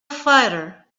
fighter